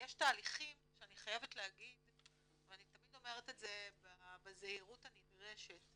ויש תהליכים שאני חייבת להגיד ואני תמיד אומרת את זה בזהירות הנדרשת,